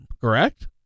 Correct